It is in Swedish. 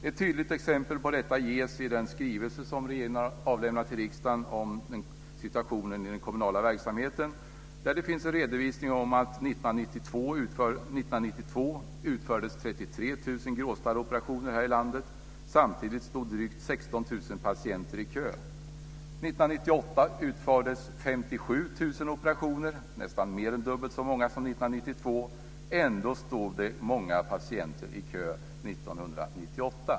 Ett tydligt exempel på detta ges i den skrivelse som regeringen har avlämnat till riksdagen om situationen i den kommunala verksamheten. Där finns det en redovisning av att det 1992 utfördes 33 000 gråstarrsoperationer här i landet. Samtidigt stod drygt 16 000 patienter i kö. 1998 utfördes 57 000 operationer, nästan mer än dubbelt så många som 1992. Ändå stod många patienter i kö 1998.